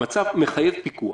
המצב מחייב פיקוח.